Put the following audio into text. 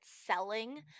selling